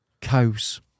Cows